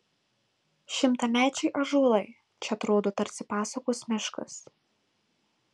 šimtamečiai ąžuolai čia atrodo tarsi pasakos miškas